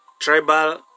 tribal